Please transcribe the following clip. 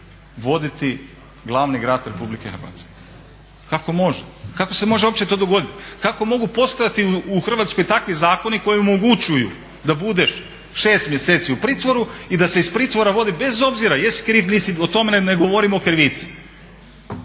voditi glavni grad RH? Kako može? Kako se može uopće to dogoditi? Kako mogu postojati u Hrvatskoj takvi zakoni koji omogućuju da budeš šest mjeseci u pritvoru i da se iz pritvora vodi bez obzira jesi kriv, nisi o tome ne govorim o krivici.